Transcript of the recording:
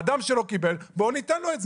אדם שלא קיבל, בואו ניתן לו את זה.